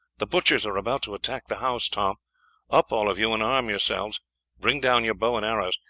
the butchers are about to attack the house, tom up all of you and arm yourselves bring down your bow and arrows.